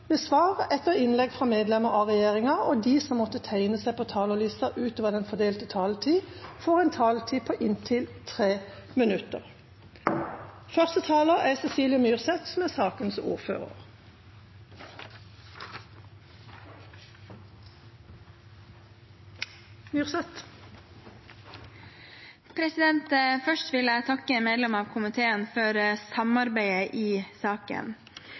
med svar etter innlegg fra medlemmer av regjeringa, og de som måtte tegne seg på talerlista utover den fordelte taletid, får også en taletid på inntil 3 minutter. (ordfører for saken: Først vil jeg takke medlemmene i komiteen for samarbeidet i saken.